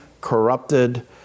corrupted